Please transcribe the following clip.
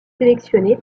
sélectionné